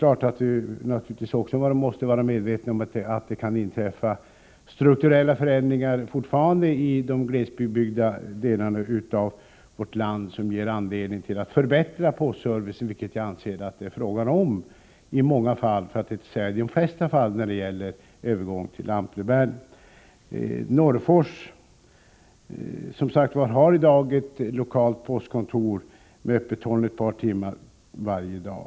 Vi måste naturligtvis vara medvetna om att det fortfarande kan inträffa strukturella förändringar i de glesbebyggda delarna av vårt land, vilka ger anledning till förbättringar av postservicen, något som jag anser att det i många fall — för att inte säga de flesta fall — är fråga om vid en övergång till lantbrevbäring. Norrfors har som sagt i dag ett lokalt postkontor som håller öppet ett par timmar varje dag.